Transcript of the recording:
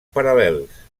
paral·lels